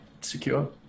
secure